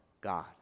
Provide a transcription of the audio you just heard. God